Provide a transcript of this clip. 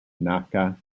nakayama